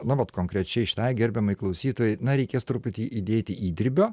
na vat konkrečiai štai gerbiamai klausytojai na reikės truputį įdėti įdirbio